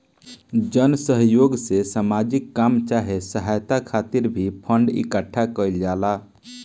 जन सह योग से सामाजिक काम चाहे सहायता खातिर भी फंड इकट्ठा कईल जाला